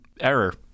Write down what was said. error